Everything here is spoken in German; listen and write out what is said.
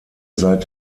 seit